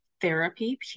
therapy